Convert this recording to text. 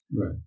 right